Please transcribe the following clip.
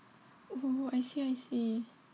oh I see I see